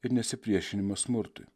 ir nesipriešinimą smurtui